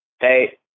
Hey